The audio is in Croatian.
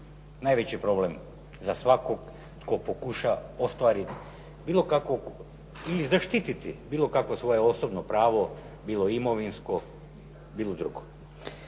najveći problem za svakog, tko pokuša ostvariti bilo kako, i zaštiti bilo kakvo svoje osobno pravo, bilo imovinsko, bilo drugo.